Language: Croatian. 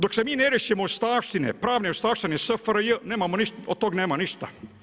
Dok se mi ne riješimo ostavštine, pravne ostavštine SFRJ, od toga nema ništa.